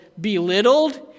belittled